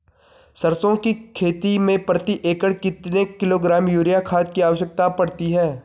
सरसों की खेती में प्रति एकड़ कितने किलोग्राम यूरिया खाद की आवश्यकता पड़ती है?